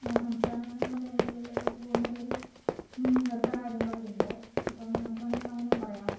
സംസ്ഥാനം അങ്ങനെയുള്ള മേഖലകളിലേക്കൊക്കെ കൊണ്ടുപോകുന്നൊരു അങ്ങനത്തെ കാര്യങ്ങളൊക്കെയുണ്ട് ഇപ്പോൾ നമുക്ക് വേണമെങ്കിൽ അങ്ങനെയും പറയാം